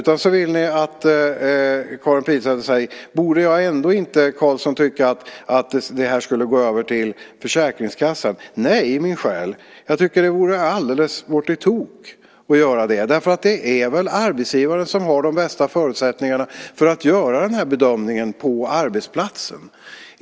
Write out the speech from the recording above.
Karin Pilsäter frågar: Borde ändå inte detta, Hans Karlsson, gå över till Försäkringskassan? Nej, min själ! Det vore alldeles bort i tok att göra det. Det är väl arbetsgivaren som har de bästa förutsättningarna att göra den här bedömningen på arbetsplatsen.